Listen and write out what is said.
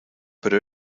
pero